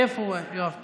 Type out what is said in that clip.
איפה יואב קיש?